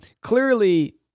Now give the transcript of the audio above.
clearly